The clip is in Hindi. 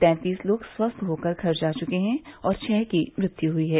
तैंतीस लोग स्वस्थ होकर घर जा चुके हैं और छः की मृत्यु हुई है